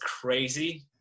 crazy